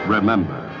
Remember